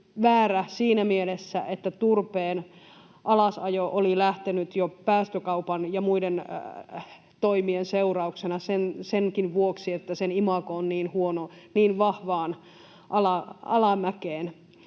väärä siinä mielessä, että turpeen alasajo oli lähtenyt jo päästökaupan ja muiden toimien seurauksena vahvaan alamäkeen senkin vuoksi, että sen imago on niin huono.